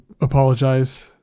apologize